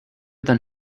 than